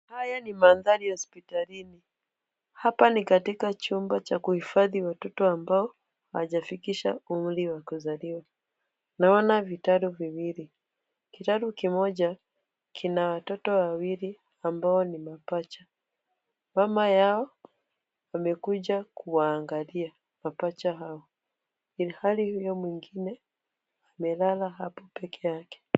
Haya ni mandhari ya hospitalini. Hapa ni katika chumba cha kuhifadhi watoto ambao hawajafikisha umri wa kuzaliwa. Naona vitalu viwili. Kitalu kimoja kina watoto wawili ambao ni mapacha. Mama yao amekuja kuwaangalia mapacha hao ilhali huyo mwingine amelala hapo peke yake.